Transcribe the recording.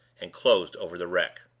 and closed over the wreck.